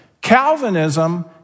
Calvinism